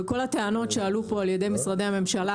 וכל הטענות שעלו פה על ידי משרדי הממשלה